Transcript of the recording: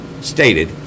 stated